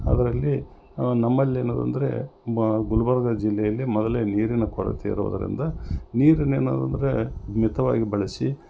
ಅದರಲ್ಲಿ ಅ ನಮ್ಮಲ್ಲಿ ಏನದಂದರೆ ಮ ಗುಲ್ಬರ್ಗ ಜಿಲ್ಲೆಯಲ್ಲಿ ಮೊದಲೆ ನೀರಿನ ಕೊರತೆಯಿರೋದ್ರಿಂದ ನೀರನ್ನು ಏನು ಅಂದರೆ ಮಿತವಾಗಿ ಬಳಸಿ